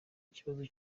ikibazo